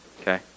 okay